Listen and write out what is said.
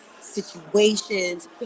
situations